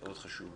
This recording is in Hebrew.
מאוד חשוב.